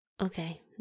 Okay